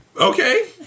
okay